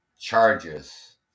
charges